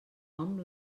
hom